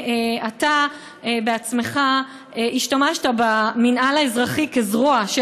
אתה בעצמך השתמשת במינהל האזרחי כזרוע של